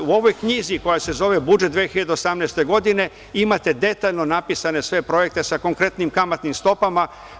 U ovoj knjizi koja se zove Budžet 2018. godine imate detaljno napisane projekte sa konkretnim kamatnim stopama.